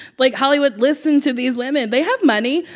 like, hollywood, listen to these women. they have money.